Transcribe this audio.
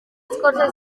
escorça